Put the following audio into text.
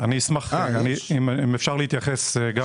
אשמח להתייחס.